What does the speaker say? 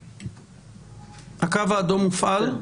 האם הקו האדום מופעל?